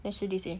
national day seh